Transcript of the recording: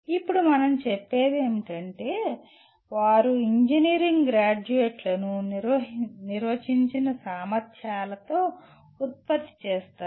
ఇప్పుడు మనం చెప్పేది ఏమిటంటే వారు ఇంజనీరింగ్ గ్రాడ్యుయేట్లను నిర్వచించిన సామర్ధ్యాలతో ఉత్పత్తి చేస్తారు